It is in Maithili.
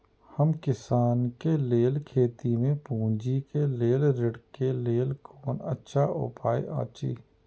हम किसानके लेल खेती में पुंजी के लेल ऋण के लेल कोन अच्छा उपाय अछि?